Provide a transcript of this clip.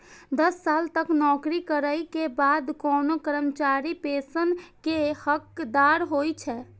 दस साल तक नौकरी करै के बाद कोनो कर्मचारी पेंशन के हकदार होइ छै